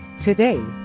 Today